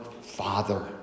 father